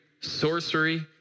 sorcery